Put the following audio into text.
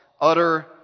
utter